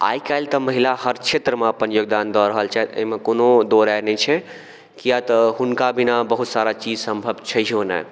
आइकाल्हि तऽ महिला हर क्षेत्रमे अपन योगदान दऽ रहल छथि अइमे कोनो दू राय नहि छै किए तऽ हुनका बिना बहुत सारा चीज सम्भव छैहो नहि